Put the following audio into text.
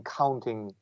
counting